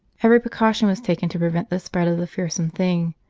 every precaution was taken to prevent the spread of the fearsome thing,